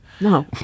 No